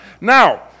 Now